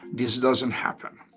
this doesn't happen.